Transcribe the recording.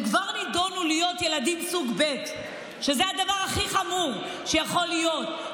הם כבר נידונו להיות ילדים סוג ב' שזה הדבר הכי חמור שיכול להיות,